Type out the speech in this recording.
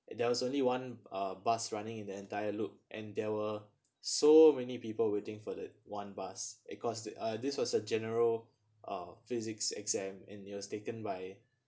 there was only one a bus running in the entire loop and there were so many people waiting for that one bus it cause to uh this was a general uh physics exam and it was taken by